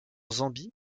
zambie